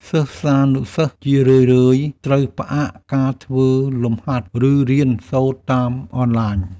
សិស្សានុសិស្សជារឿយៗត្រូវផ្អាកការធ្វើលំហាត់ ឬរៀនសូត្រតាមអនឡាញ។